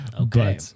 Okay